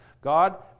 God